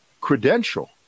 credential